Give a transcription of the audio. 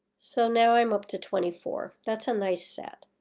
so now i'm up to twenty four. that's a nice set.